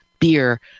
beer